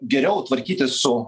geriau tvarkytis su